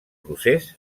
procés